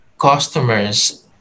customers